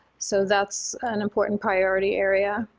so that's an important priority area.